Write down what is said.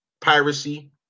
Piracy